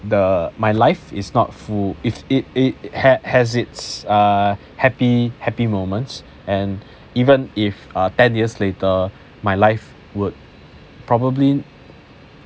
the my life is not full if it it ha~ has its a happy happy moments and even if uh ten years later my life would probably